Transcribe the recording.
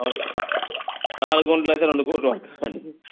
అవును నాలుగు గుంటలు అయితే రెండు కోట్లు అవుతుందండి